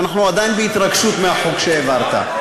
אנחנו עדיין בהתרגשות מהחוק שהעברת,